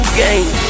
game